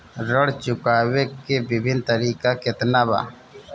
ऋण चुकावे के विभिन्न तरीका केतना बा?